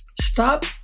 stop